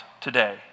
today